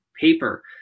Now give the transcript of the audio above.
paper